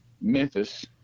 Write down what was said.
Memphis